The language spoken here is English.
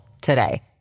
today